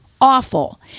awful